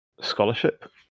scholarship